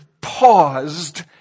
paused